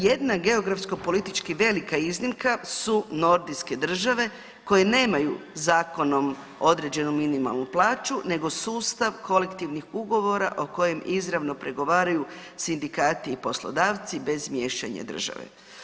Jedna geografsko politički velika iznimka su nordijske države koje nemaju zakonom određenu minimalnu plaću nego sustav kolektivnih ugovora o kojem izravno pregovaraju sindikati i poslodavci bez miješanja države.